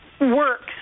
works